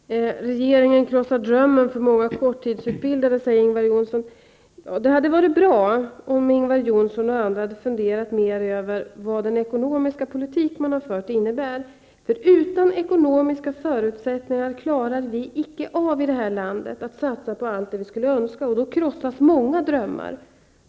Herr talman! Regeringen krossar drömmen för många korttidsutbildade, säger Ingvar Johnsson. Det hade varit bra om Ingvar Johnsson och andra hade funderat mer över vad den ekonomiska politik som socialdemokraterna har fört innebär. Utan ekonomiska förutsättningar klarar vi i det här landet nämligen inte av att satsa på allt det som vi önskar. Och då krossas många drömmar.